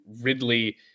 ridley